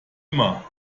immer